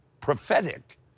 prophetic